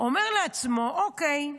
אומר לעצמו: אוקיי,